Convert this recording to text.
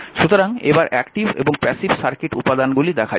সুতরাং এবার অ্যাকটিভ এবং প্যাসিভ সার্কিট উপাদানগুলি দেখা যাক